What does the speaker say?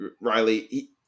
Riley